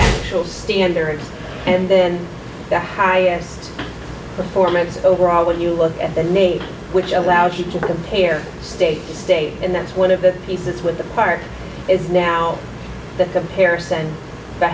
those standards and then the highest performance overall when you look at the name which allows you to compare state to state and that's one of the pieces with the part is now that comparison